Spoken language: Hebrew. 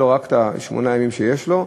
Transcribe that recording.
היו לו רק שמונת הימים שיש לו,